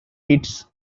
its